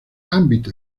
ámbito